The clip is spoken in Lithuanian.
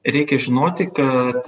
reikia žinoti kad